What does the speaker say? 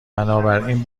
بنابراین